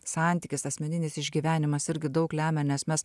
santykis asmeninis išgyvenimas irgi daug lemia nes mes